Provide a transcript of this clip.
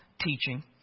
teaching